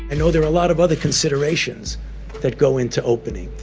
and know there are a lot of other considerations that go into opening,